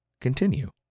continue